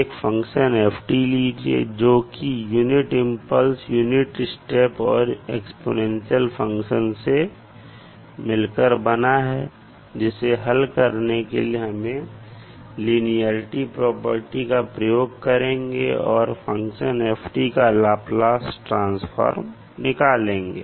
एक function f लीजिए जो कि यूनिट इंपल्स यूनिट स्टेप और एक्स्पोनेंशियल फंक्शन से मिलकर बना है जिसे हल करने के लिए हम लिनियेरिटी प्रॉपर्टी का प्रयोग करेंगे और फंक्शन f का लाप्लास ट्रांसफॉर्म निकालेंगे